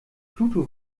pluto